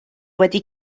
wedi